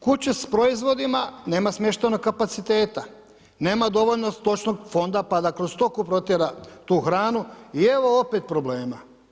Kud će s proizvodima, nema smještajnog kapaciteta, nema dovoljno stočnog fonda pa da kroz stoku protjera tu hranu i evo opet problema.